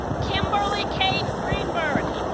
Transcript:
kimberly kate greenberg